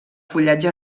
fullatge